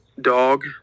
dog